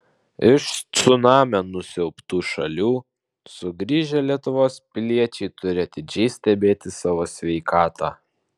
iš cunamio nusiaubtų šalių sugrįžę lietuvos piliečiai turi atidžiai stebėti savo sveikatą